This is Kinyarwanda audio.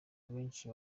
benshi